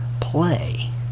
play